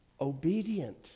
Obedient